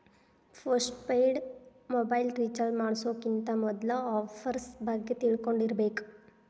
post paid mobile recharge ಮಾಡ್ಸೋಕ್ಕಿಂತ ಮೊದ್ಲಾ offers ಬಗ್ಗೆ ತಿಳ್ಕೊಂಡಿರ್ಬೇಕ್